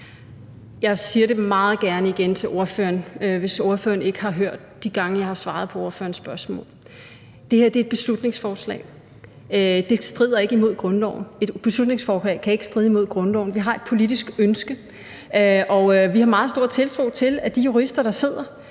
Jeg siger det meget gerne igen til, hvis spørgeren ikke har hørt det de gange, jeg har svaret på spørgerens spørgsmål: Det her er et beslutningsforslag. Det strider ikke imod grundloven. Et beslutningsforslag kan ikke stride imod grundloven. Vi har et politisk ønske, og vi har meget stor tiltro til, at de jurister, der sidder,